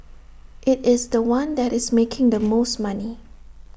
IT is The One that is making the most money